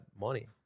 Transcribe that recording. money